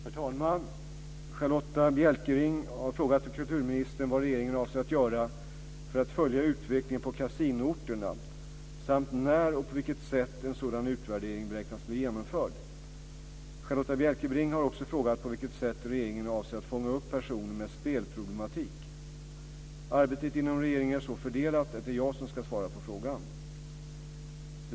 Herr talman! Charlotta L Bjälkebring har frågat kulturministern vad regeringen avser att göra för att följa utvecklingen på kasinoorterna samt när och på vilket sätt en sådan utvärdering beräknas bli genomförd. Charlotta L Bjälkebring har också frågat på vilket sätt regeringen avser att fånga upp personer med spelproblematik. Arbetet inom regeringen är så fördelat att det är jag som ska svara på frågan.